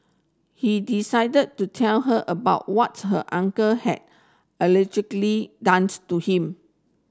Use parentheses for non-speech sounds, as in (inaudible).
he decided to tell her about what her uncle had (unintelligible) done (unintelligible) to him